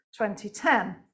2010